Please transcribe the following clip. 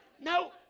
No